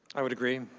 i would agree.